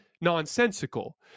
nonsensical